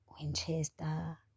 Winchester